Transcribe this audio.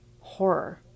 horror